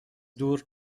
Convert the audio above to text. دور